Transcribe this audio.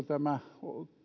tämä